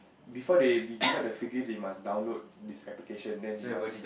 before they we give out the free gift they must download this application then they must